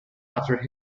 after